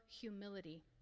humility